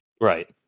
Right